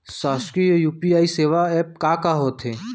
शासकीय यू.पी.आई सेवा एप का का होथे?